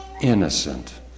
innocent